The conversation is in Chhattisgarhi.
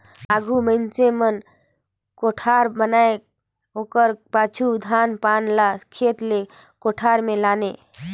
आघु मइनसे मन कोठार बनाए ओकर पाछू धान पान ल खेत ले कोठार मे लाने